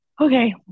Okay